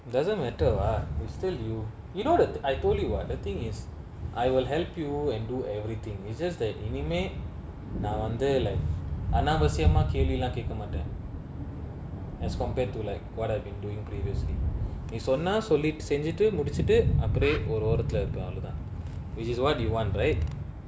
doesn't matter ah we still you you know that I told you what the thing is I will help you and do everything it's just that இனிமே நா வந்து:inime na vanthu like அனாவசியமா கேள்விலா கேக்க மாட்டன்:anaavasiyamaa kelvilaa keka maatan as compared to like what I've been doing previously நீ சொன்னா சொல்லிட்டு செஞ்சிட்டு முடிச்சிட்டு அப்டியே ஒரு ஓரத்துல இருக்கு அவளோதா:nee sonnaa sollitu senjitu mudichitu apdiye oru orathula iruku avalothaa which is what you want right